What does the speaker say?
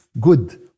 good